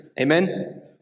Amen